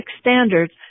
standards